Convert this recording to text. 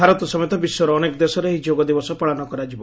ଭାରତ ସମେତ ବିଶ୍ୱର ଅନେକ ଦେଶରେ ଏହି ଯୋଗ ଦିବସ ପାଳନ କରାଯିବ